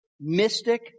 mystic